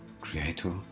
creator